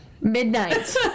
midnight